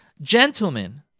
Gentlemen